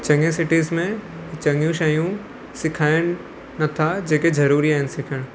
चङे सिटीस में चङियूं शयूं सिखाइणु नथा जेके ज़रूरी आहिनि सिखणु